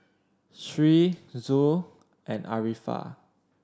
Sri Zul and Arifa